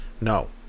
No